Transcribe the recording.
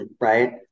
right